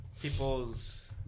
people's